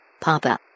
Papa